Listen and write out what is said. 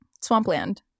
swampland